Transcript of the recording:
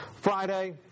Friday